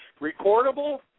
recordable